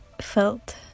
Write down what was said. felt